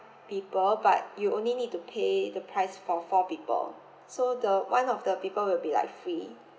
people but you only need to pay the price for four people so the one of the people will be like free